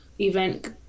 event